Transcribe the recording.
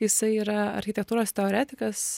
jisai yra architektūros teoretikas